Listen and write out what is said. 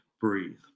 breathe